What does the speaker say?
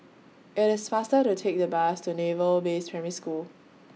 IT IS faster to Take The Bus to Naval Base Primary School